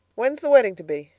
when's the wedding to be?